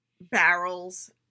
barrels